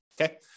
Okay